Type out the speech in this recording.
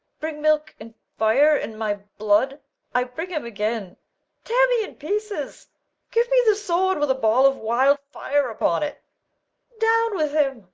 bring milk and fire, and my blood i bring him again tear me in pieces give me the sword with a ball of wild-fire upon it down with him!